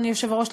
אדוני היושב-ראש,